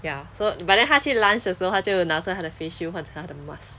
ya so but then 他去 lunch 的时候他就拿着他的 face shield 换成他的 mask